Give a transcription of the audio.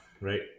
right